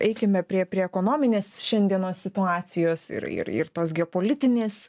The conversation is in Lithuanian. eikime prie prie ekonominės šiandienos situacijos ir ir ir tos geopolitinės